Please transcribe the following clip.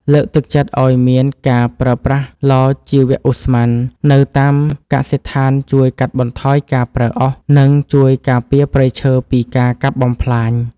លើកទឹកចិត្តឱ្យមានការប្រើប្រាស់ឡជីវឧស្ម័ននៅតាមកសិដ្ឋានជួយកាត់បន្ថយការប្រើអុស និង ជួយការពារព្រៃឈើពីការកាប់បំផ្លាញ។